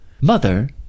Mother